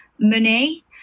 money